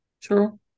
True